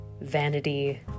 vanity